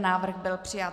Návrh byl přijat.